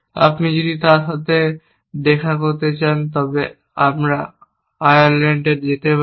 আপনি যদি তার সাথে দেখা করতে চান তবে আমরা আয়ারল্যান্ডে যেতে পারি